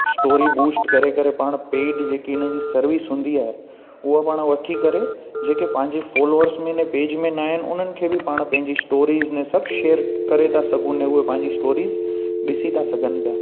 story boost करे करे पाण पेड जेकी इन्हनि जी सर्विस हूंदी आहे उहा पाण वठी करे जेके पंहिंजे फॉलोवर्स में न पेज में न आहिनि उन्हनि खे बि पाण पंहिंजी स्टोरीज़ में सभु शेयर करे था सघूं अने उहे पंहिंजी स्टोरीज़ ॾिसी था सघनि पिया